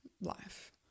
life